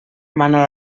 mana